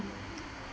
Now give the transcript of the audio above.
but um